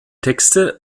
texte